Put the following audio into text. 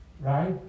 right